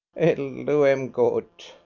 it'll do em good,